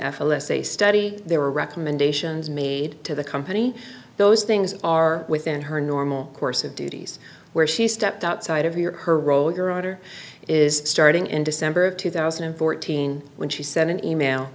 l s a study there were recommendations made to the company those things are within her normal course of duties where she stepped outside of your her role your order is starting in december of two thousand and fourteen when she sent an email